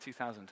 2000